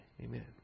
Amen